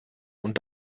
und